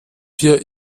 wir